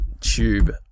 tube